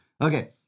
okay